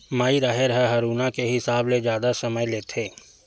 माई राहेर ह हरूना के हिसाब ले जादा समय लेथे